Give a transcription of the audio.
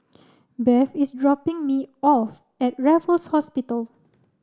Bev is dropping me off at Raffles Hospital